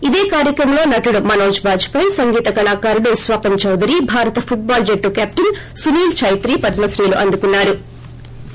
ఇదే కార్యక్రమంలో నటుడు మనోజ్ బాజ్పాయ్ సంగీత కళాకారుడు స్వపన్ చౌధురి భారత ఫుట్బాల్ జట్టు కెప్టెన్ సునిల్ ఛెత్రి పద్మ శ్రీలు అందుకున్నా రు